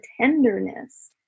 tenderness